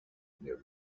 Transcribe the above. near